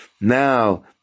now